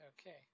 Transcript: Okay